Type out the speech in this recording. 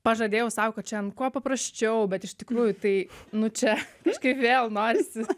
pažadėjau sau kad šiandien kuo paprasčiau bet iš tikrųjų tai nu čia biškį vėl norisi